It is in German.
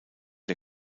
der